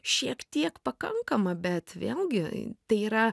šiek tiek pakankama bet vėlgi tai yra